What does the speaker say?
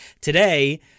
Today